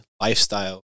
lifestyle